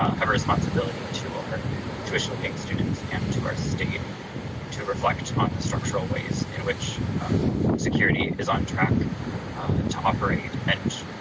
have a responsibility to our tuition-paying students and to our state to reflect on the structural ways in which security is on track to operate. and,